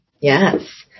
yes